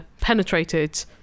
penetrated